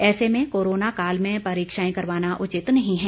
ऐसे में कोरोना काल में परीक्षाएं करवाना उचित नहीं है